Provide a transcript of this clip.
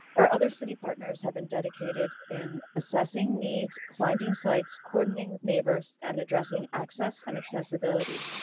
our other city partners have been dedicated in assessing needs, finding sites, coordinating with neighbors, and addressing access and accessibility.